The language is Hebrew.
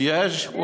יש?